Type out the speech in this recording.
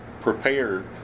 prepared